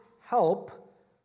help